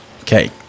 Okay